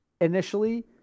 initially